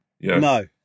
No